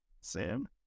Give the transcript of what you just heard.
Sam